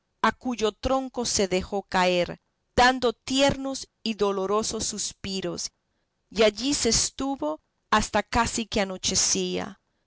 a cuyo tronco se dejó caer dando tiernos y dolorosos suspiros y allí se estuvo hasta casi que anochecía